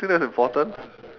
I think that's important